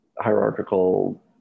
hierarchical